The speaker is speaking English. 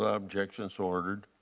ah objection so ordered.